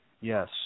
Yes